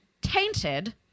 tainted